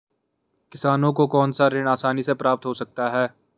किसानों को कौनसा ऋण आसानी से प्राप्त हो सकता है?